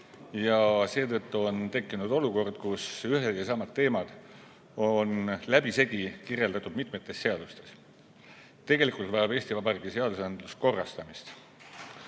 ja seetõttu on tekkinud olukord, kus ühed ja samad teemad on läbisegi kirjeldatud mitmetes seadustes. Tegelikult vajab Eesti Vabariigi seadusandlus korrastamist.